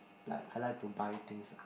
like I like to buy things ah